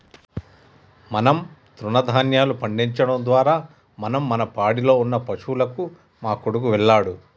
మనం తృణదాన్యాలు పండించడం ద్వారా మనం మన పాడిలో ఉన్న పశువులకు మా కొడుకు వెళ్ళాడు